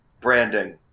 branding